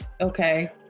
okay